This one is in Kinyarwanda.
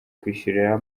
kwishyurira